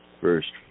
first